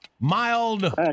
Mild